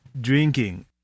drinking